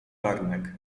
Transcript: warunek